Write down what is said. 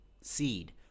seed